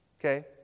Okay